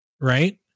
right